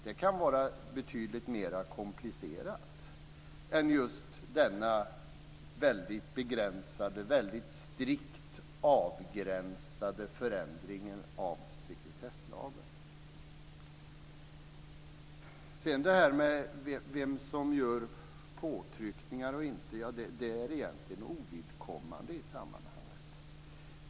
Det kan vara betydligt mera komplicerat än just denna väldigt begränsade, väldigt strikt avgränsade förändring av sekretesslagen. Sedan gäller det vem som gör påtryckningar och inte. Det är egentligen ovidkommande i sammanhanget.